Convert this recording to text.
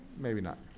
maybe not.